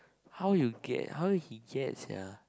how you get how he get Sia